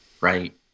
right